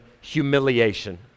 humiliation